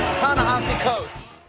ta-nehisi coates.